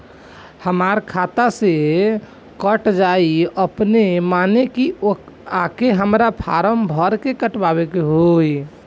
हमरा खाता से कट जायी अपने माने की आके हमरा फारम भर के कटवाए के होई?